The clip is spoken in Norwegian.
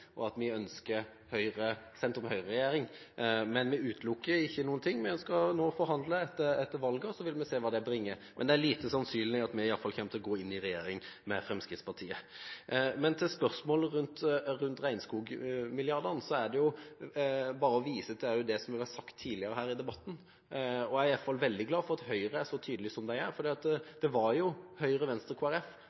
og at vi ønsker sentrum–Høyre-regjering, men vi utelukker ikke noen ting. Vi ønsker å forhandle etter valget, og så får vi se hva det bringer. Men det er iallfall lite sannsynlig at vi kommer til å gå inn i regjering med Fremskrittspartiet. Så til spørsmålet rundt regnskogmilliardene: Det er bare å vise til det som har vært sagt tidligere i debatten her, og jeg er veldig glad for at Høyre er så tydelige som de er, for det var jo Høyre, Venstre